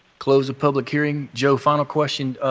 close the public hearing. joe, final question.